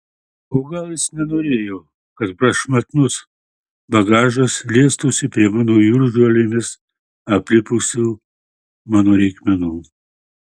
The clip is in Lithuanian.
o gal jis nenorėjo kad prašmatnus bagažas liestųsi prie jūržolėmis aplipusių mano reikmenų